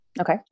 Okay